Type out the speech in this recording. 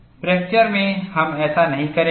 fracture में हम ऐसा नहीं करेंगे